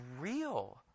real